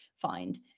find